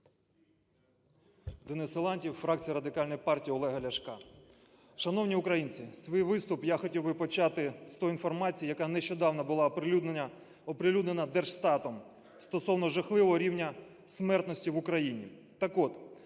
Денис Силантьєв, фракція Радикальної партії Олега Ляшка. Шановні українці, свій виступ я хотів би почати з тої інформації, яка нещодавно була оприлюднена Держстатом стосовно жахливого рівня смертності в Україні.